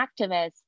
activists